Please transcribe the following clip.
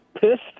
pissed